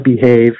behave